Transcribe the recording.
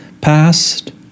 past